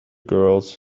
girls